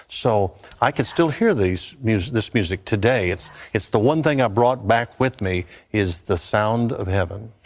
so i can still hear this music this music today. it's it's the one thing i brought back with me is the sound of heaven.